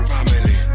Family